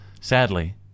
Sadly